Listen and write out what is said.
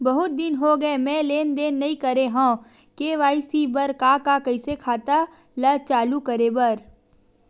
बहुत दिन हो गए मैं लेनदेन नई करे हाव के.वाई.सी बर का का कइसे खाता ला चालू करेबर?